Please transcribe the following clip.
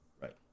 Right